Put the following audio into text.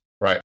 Right